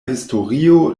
historio